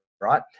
right